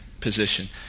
position